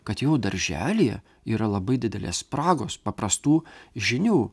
kad jau darželyje yra labai didelės spragos paprastų žinių